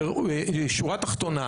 שורה תחתונה,